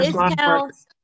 discounts